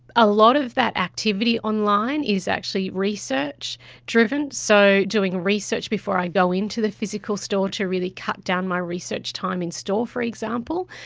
a lot of that activity online is actually research driven. so doing research before i go in to the physical store to really cut down my research time in store, for example.